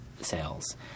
sales